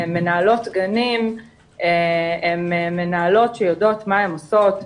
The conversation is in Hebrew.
מנהלות גנים הן מנהלות שיודעות מה הן עושות.